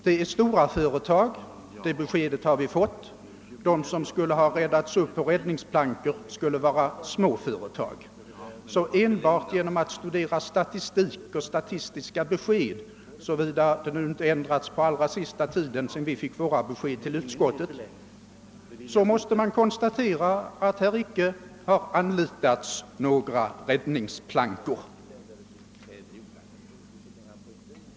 Vi har fått beskedet att det där rör sig om stora företag. De som skulle ha räddats upp på räddningsplankor skulle vara små företag. Enbart genom att studera statistiska besked — såvida förhållandena inte ändrats på den allra senaste tiden, sedan besked lämnades till utskottet — kan man sålunda konstatera att några räddningsplankor inte har anlitats.